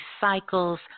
cycles